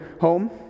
home